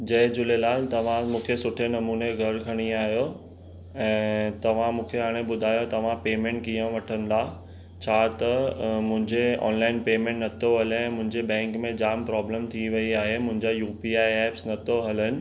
जय झूलेलाल तव्हां मूंखे सुठे नमूने घरु खणी आहियो ऐं तव्हां मूंखे हाणे ॿुधायो तव्हां पेमेंट कीअं वठंदा छा त मुंहिंजे ऑनलाइन पेमेंट नथो हले ऐं मुंहिंजे बैंक में जाम प्रॉब्लम थी वई आहे मुंहिंजा यूपीआई एप्स नथो हलनि